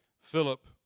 Philip